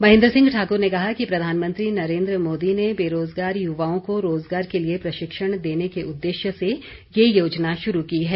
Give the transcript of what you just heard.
महेन्द्र सिंह ठाकुर ने कहा कि प्रधानमंत्री नरेन्द्र मोदी ने बेरोज़गार युवाओं को रोज़गार के लिए प्रशिक्षण देने के उद्देश्य से ये योजना शुरू की है